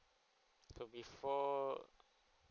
oh before